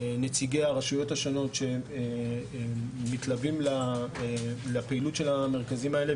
את נציגי הרשויות השונות שמתלווים לפעילות של המרכזים האלה,